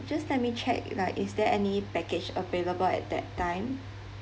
just let me check like is there any package available at that time